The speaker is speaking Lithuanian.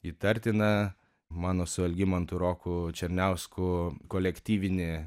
įtartiną mano su algimantu roku černiausku kolektyvinį